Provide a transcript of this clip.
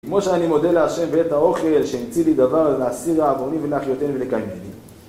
כמו שאני מודה להשם ואת האוכל שהמציא לי דבר, להסיר רעבוני ולהחיותני ולקיימני